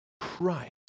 Christ